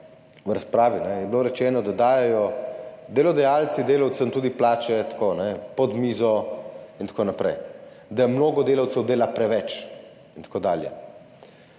V razpravi je bilo rečeno, da dajejo delodajalci delavcem tudi plače tako pod mizo in tako naprej, da mnogo delavcev dela preveč in tako dalje.